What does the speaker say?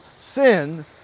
sin